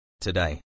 Today